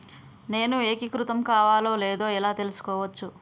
నేను ఏకీకృతం కావాలో లేదో ఎలా తెలుసుకోవచ్చు?